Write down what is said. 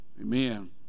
Amen